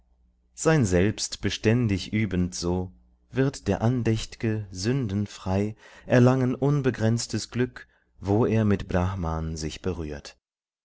sein selbst beständig übend so wird der andächt'ge sündenfrei erlangen unbegrenztes glück wo er mit brahman sich berührt